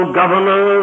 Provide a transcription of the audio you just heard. governor